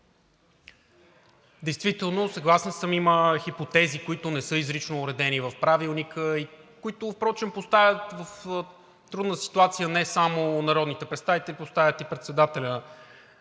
Действително съгласен съм, има хипотези, които не са изрично уредени в Правилника, които впрочем поставят в трудна ситуация не само народните представители, поставят и председателя